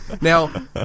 now